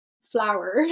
flower